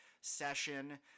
session